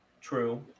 True